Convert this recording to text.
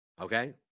Okay